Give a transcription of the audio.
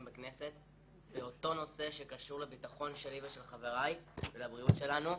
בכנסת באותו נושא שקשור לביטחון שלי ושל חבריי ולבריאות שלנו.